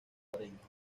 cuarenta